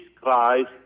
Christ